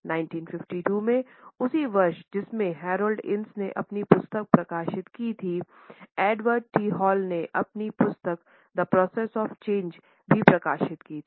1952 में उसी वर्ष जिसमें हेरोल्ड इनिस ने अपनी पुस्तक प्रकाशित की थीएडवर्ड टी हॉल ने अपनी पुस्तक द प्रोसेस ऑफ चेंज भी प्रकाशित की थी